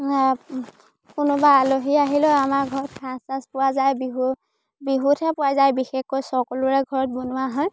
কোনোবা আলহী আহিলেও আমাৰ ঘৰত সাজ চাজ পোৱা যায় বিহু বিহুতহে পোৱা যায় বিশেষকৈ সকলোৰে ঘৰত বনোৱা হয়